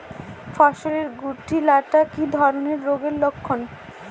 ফসলে শুটি লাগা কি ধরনের রোগের লক্ষণ?